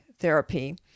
therapy